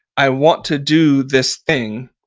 i want to do this thing.